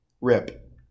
Rip